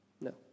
No